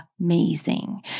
amazing